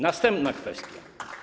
Następna kwestia.